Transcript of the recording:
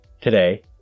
today